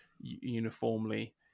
uniformly